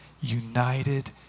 united